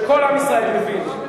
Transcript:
שכל עם ישראל יודעים,